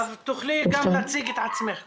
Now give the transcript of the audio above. אם תוכלי גם להציג את עצמך קודם.